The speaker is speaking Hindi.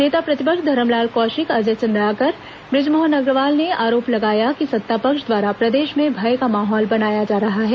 नेता प्रतिपक्ष धरमलाल कौशिक अजय चंद्राकर बुजमोहन अग्रवाल ने आरोप लगाया कि सत्तापक्ष द्वारा प्रदेश में भय का माहौल बनाया जा रहा है